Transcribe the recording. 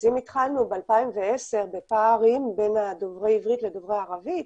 אז אם התחלנו ב-2010 בפערים בין דוברי העברית לדוברי הערבית,